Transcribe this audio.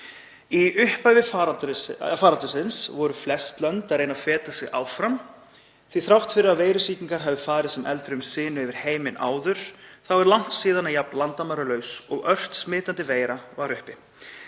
Í upphafi faraldursins voru flest lönd að reyna að feta sig áfram því að þrátt fyrir að veirusýkingar hafi farið sem eldur um sinu yfir heiminn áður þá er langt síðan jafn landamæralaus og ört smitandi veira var uppi.